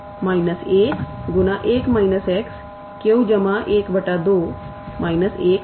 और अब𝑥 cos2 x